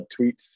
tweets